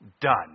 Done